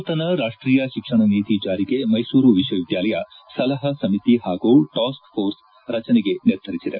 ನೂತನ ರಾಜ್ವೀಯ ಶಿಕ್ಷಣ ನೀತಿ ಜಾರಿಗೆ ಮೈಸೂರು ವಿಶ್ವವಿದ್ದಾಲಯ ಸಲಹಾ ಸಮಿತಿ ಹಾಗೂ ಟಾಸ್ಕ್ ಪೋರ್ಸ್ ರಚನೆಗೆ ನಿರ್ಧರಿಸಿದೆ